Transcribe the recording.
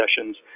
sessions